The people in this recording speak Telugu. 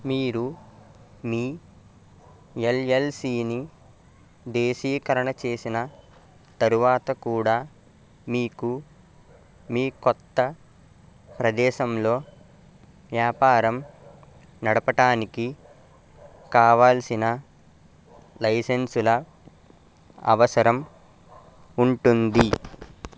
మీరు మీ ఎల్ఎల్సీని దేశీకరణ చేసిన తరువాత కూడా మీకు మీ కొత్త ప్రదేశంలో వ్యాపారం నడపటానికి కావాల్సిన లైసెన్సుల అవసరం ఉంటుంది